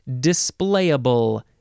Displayable